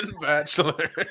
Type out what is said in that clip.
Bachelor